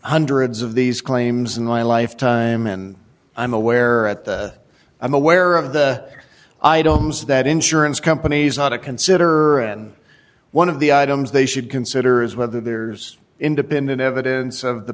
hundreds of these claims in the lifetime and i'm aware at that i'm aware of the items that insurance companies not to consider and one of the items they should consider is whether there's independent evidence of the